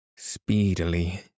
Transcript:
Speedily